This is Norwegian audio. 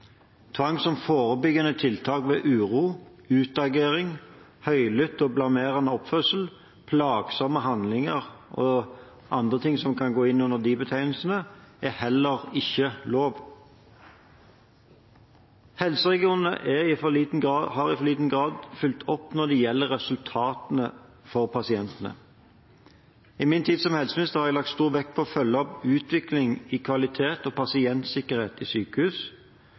Tvang som forebyggende tiltak ved uro, utagering, høylytt og blamerende oppførsel, plagsomme handlinger og andre ting som kan gå inn under de betegnelsene, er heller ikke lov. Helseregionene er i for liten grad fulgt opp når det gjelder resultatene for pasientene. I min tid som helseminister har jeg lagt stor vekt på å følge opp utviklingen i kvalitet og pasientsikkerhet i sykehus,